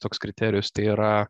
toks kriterijus tai yra